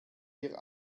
wir